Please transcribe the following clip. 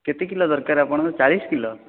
କେତେ କିଲୋ ଦରକାର ଆପଣଙ୍କୁ ଚାଳିଶ କିଲୋ